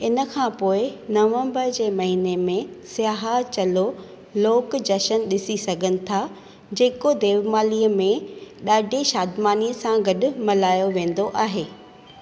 इन खां पोइ नवंबर जे महीने में सियाह चलो लोकु जशन डि॒सी सघनि था जेको देवमाली में ॾाढी शादिमानी सां गॾु मल्हायो वेंदो आहे